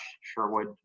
sherwood